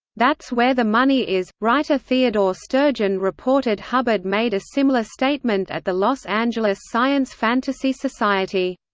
that's where the money is. writer theodore sturgeon reported hubbard made a similar statement at the los angeles science fantasy society.